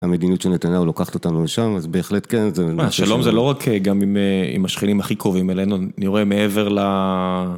המדיניות של נתניהו לוקחת אותנו לשם, אז בהחלט כן זה... מה, שלום זה לא רק גם עם השכנים הכי קרובים אלינו, אני רואה מעבר ל...